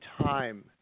time